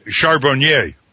Charbonnier